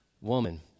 woman